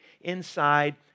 inside